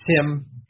Tim